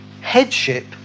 Headship